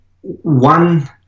one